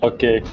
Okay